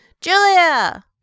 Julia